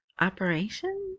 Operation